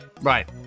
Right